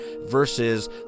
versus